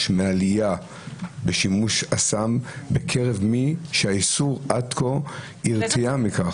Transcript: מעלייה בשימוש הסם בקרב מי שהאיסור עד כה הרתיע מכך.